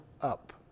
up